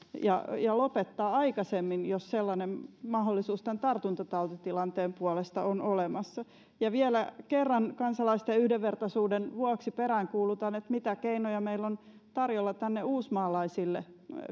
ja ja lopettaa aikaisemmin jos sellainen mahdollisuus tämän tartuntatautitilanteen puolesta on olemassa ja vielä kerran kansalaisten yhdenvertaisuuden vuoksi peräänkuulutan että mitä keinoja meillä on tarjolla tänne uusmaalaisille